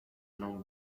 non